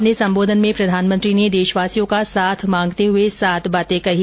अपने संबोधन में प्रधानमंत्री श्री मोदी ने देशवासियों का साथ मांगते हुए सात बातें कही